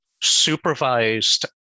supervised